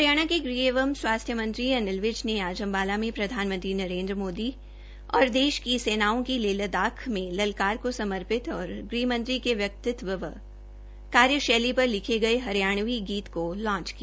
हरियाणा के गृहमंत्री एवं स्वास्थ्य मंत्री अनिल विज ने आज प्रधानमंत्री नरेन्द्र मोदी और देश की सेना की लेह लद्दाख में ललकार को समर्पित और गृहमंत्री के व्यक्तित्व व कार्यशैली पर लिखे हरियाणवी गीत को लांच किया